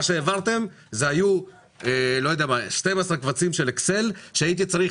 מה שהעברתם זה 12 קבצים של אקסל שהייתי צריך